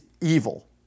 evil